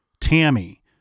Tammy